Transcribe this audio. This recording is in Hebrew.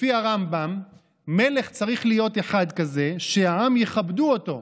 לפי הרמב"ם מלך צריך להיות אחד כזה שהעם יכבדו אותו,